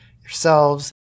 yourselves